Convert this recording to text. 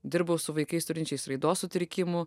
dirbau su vaikais turinčiais raidos sutrikimų